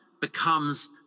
becomes